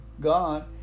God